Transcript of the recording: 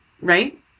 Right